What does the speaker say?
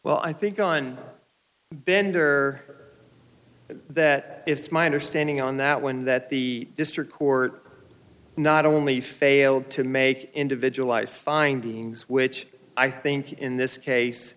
well i think on bender that it's my understanding on that one that the district court not only failed to make individualized findings which i think in this case